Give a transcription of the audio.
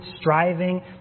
striving